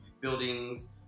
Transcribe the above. buildings